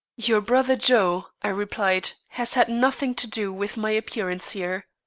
your brother joe, i replied, has had nothing to do with my appearance here.